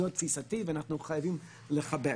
זאת תפיסתי ואנחנו חייבים לחבק.